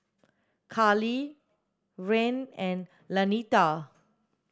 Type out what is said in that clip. Karley Rahn and Lanita